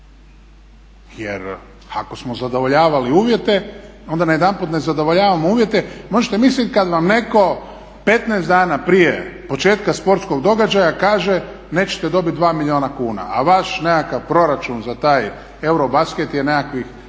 Jer ako smo zadovoljavali uvjete onda najedanput ne zadovoljavamo uvjete, možete misliti kad vam netko 15 dana prije početka sportskog događaja kaže nećete dobiti 2 milijuna kuna, a vaš nekakav proračun za taj Eurobasket je nekakvih